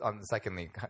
secondly